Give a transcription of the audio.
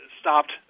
stopped